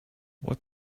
what